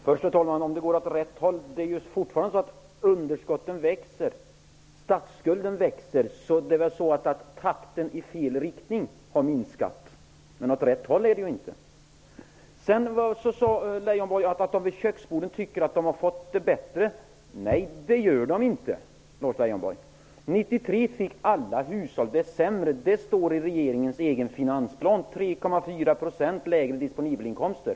Herr talman! Vad gäller frågan om utvecklingen går åt rätt håll vill jag säga att underskotten och statsskulden fortfarande växer. Utvecklingen i fel riktning har alltså saktat av, men åt rätt håll går det inte. Vidare sade Leijonborg att man vid köksborden tycker att man har fått det bättre. Nej, Lars Leijonborg, det gör man inte. År 1993 fick alla hushåll det sämre. Det redovisas i regeringens egen finansplan. Man har fått 3,4 % lägre disponibla inkomster.